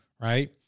right